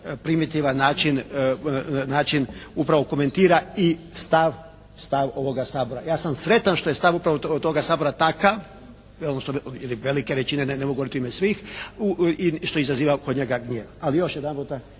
primitivan način upravo komentira i stav ovoga Sabora. Ja sam sretan što je stav upravo toga Sabora takav, odnosno ili velike većine, ne mogu govoriti u ime svih i što izaziva kod njega gnjev. Ali još jedanputa,